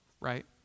right